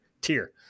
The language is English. tier